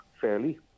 fairly